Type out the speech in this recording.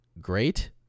great